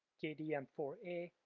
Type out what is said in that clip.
k d m four a,